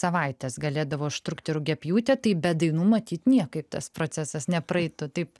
savaites galėdavo užtrukti rugiapjūtę tai be dainų matyt niekaip tas procesas nepraeitų taip